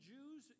Jews